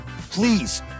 please